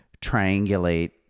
triangulate